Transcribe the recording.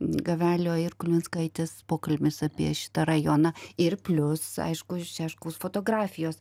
gavelio ir kulvinskaitės pokalbis apie šitą rajoną ir plius aišku šeškaus fotografijos